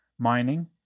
Mining